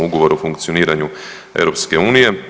Ugovora o funkcioniranju EU.